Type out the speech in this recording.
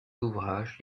ouvrages